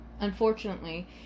Unfortunately